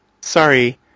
Sorry